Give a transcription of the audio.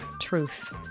Truth